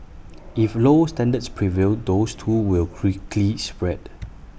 if low standards prevail those too will quickly spread